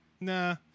nah